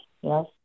Yes